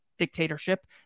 dictatorship